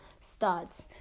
starts